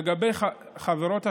לגבי חברות השמירה,